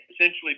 essentially